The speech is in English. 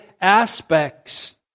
aspects